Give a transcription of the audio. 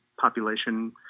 population